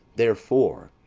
therefore,